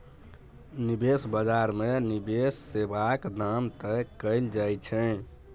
निबेश बजार मे निबेश सेबाक दाम तय कएल जाइ छै